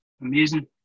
amazing